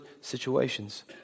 situations